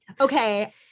Okay